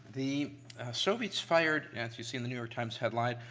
the soviets fired, as you see in the new york times headline,